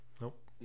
Nope